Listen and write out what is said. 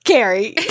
Carrie